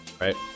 right